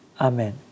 Amen